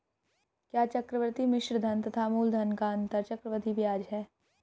क्या चक्रवर्ती मिश्रधन तथा मूलधन का अंतर चक्रवृद्धि ब्याज है?